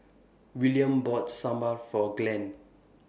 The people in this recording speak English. Willaim bought Sambar For Glenn